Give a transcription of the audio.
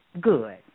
good